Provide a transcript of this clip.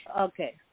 Okay